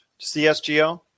CSGO